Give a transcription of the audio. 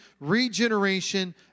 regeneration